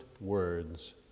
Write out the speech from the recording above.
words